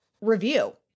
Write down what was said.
review